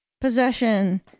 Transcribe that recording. Possession